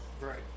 Right